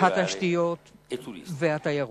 התשתיות והתיירות.